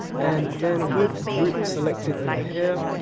and then with group selected over here,